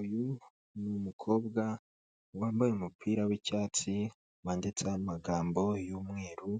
Uyu n'umukobwa wambaye umupira w'icyatsi wanditse amagambo y'umweru